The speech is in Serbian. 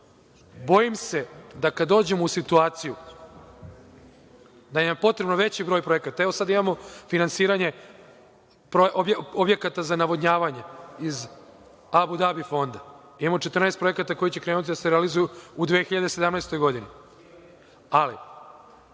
bojim se, da kada dođemo u situaciju da nam je potreban veći broj projekata, evo, sada imamo finansiranje objekata za navodnjavanje iz Abudabi fonda, imamo 14 projekata koji će krenuti da se realizuju u 2017. godini, ali